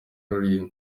rulindo